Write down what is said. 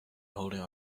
holding